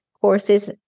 courses